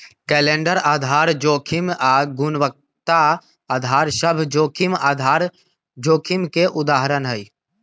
calendar आधार जोखिम आऽ गुणवत्ता अधार सभ जोखिम आधार जोखिम के उदाहरण हइ